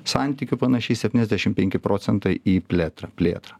santykiu panašiai septyniasdešim penki procentai į plėtrą plėtrą